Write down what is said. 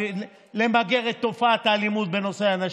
למגר את תופעת האלימות בנושא נשים.